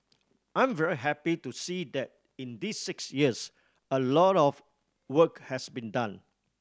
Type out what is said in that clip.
I'm very happy to see that in these six years a lot of work has been done